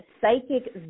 psychic